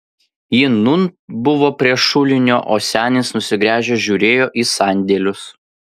ji nūn buvo prie šulinio o senis nusigręžęs žiūrėjo į sandėlius